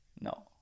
No